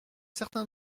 certain